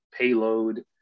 payload